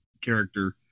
character